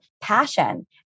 passion